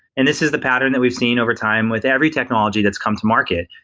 and this is the pattern that we've seen over time with every technology that's come to market.